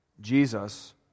Jesus